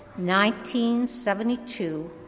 1972